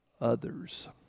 others